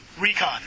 Recon